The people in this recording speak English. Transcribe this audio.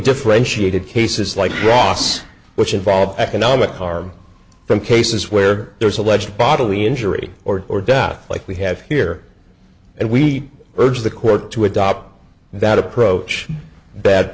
differentiated cases like ross which involve economic harm from cases where there is alleged bodily injury or or death like we have here and we urge the court to adopt that approach